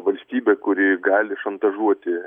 valstybė kuri gali šantažuoti